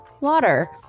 water